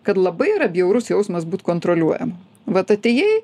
kad labai yra bjaurus jausmas būt kontroliuojama vat atėjai